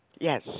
Yes